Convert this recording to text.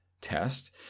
test